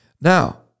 Now